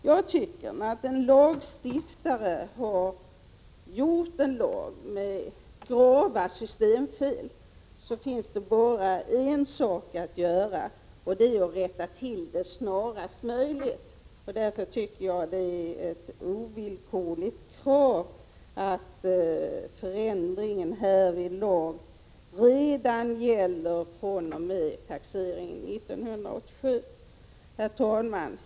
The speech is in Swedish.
Jag tycker att när en lagstiftare har gjort en lag med grava systemfel finns det bara en sak att göra: att rätta till dem snarast möjligt. Därför är det ett ovillkorligt krav att förändringen härvidlag gäller redan fr.o.m. taxeringen 1987. Herr talman!